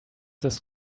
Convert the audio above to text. this